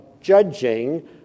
judging